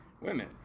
women